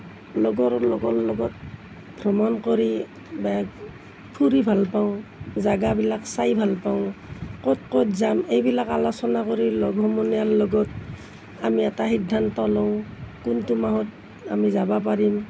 লগৰ লগৰ লগত ভ্ৰমণ কৰি ফুৰি ভাল পাওঁ জেগাবিলাক চাই ভাল পাওঁ ক'ত ক'ত যাম এইবিলাক আলোচনা কৰি লগ সমনীয়াৰ লগত আমি এটা সিদ্ধান্ত লওঁ কোনটো মাহত আমি যাব পাৰিম